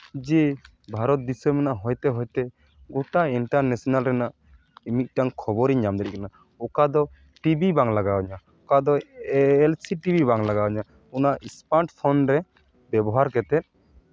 ᱡᱮ ᱵᱷᱟᱨᱚᱛ ᱫᱤᱥᱚᱢ ᱨᱮᱱᱟᱜ ᱦᱚᱭ ᱛᱮ ᱦᱚᱭᱛᱮ ᱜᱳᱴᱟ ᱤᱱᱴᱟᱨᱱᱮᱥᱮᱱᱟᱞ ᱨᱮᱱᱟᱜ ᱢᱤᱫᱴᱟᱱ ᱠᱷᱚᱵᱚᱨᱤᱧ ᱧᱟᱢ ᱫᱟᱲᱮᱜ ᱠᱟᱱᱟ ᱚᱠᱟ ᱫᱚ ᱴᱤᱵᱷᱤ ᱵᱟᱝ ᱞᱟᱜᱟᱣ ᱤᱧᱟᱹ ᱚᱠᱟ ᱫᱚ ᱮᱞ ᱥᱤ ᱰᱤ ᱵᱟᱝ ᱞᱟᱜᱟᱣ ᱤᱧᱟ ᱚᱱᱟ ᱥᱢᱟᱨᱴ ᱯᱷᱳᱱ ᱨᱮ ᱵᱮᱵᱚᱦᱟᱨ ᱠᱟᱛᱮ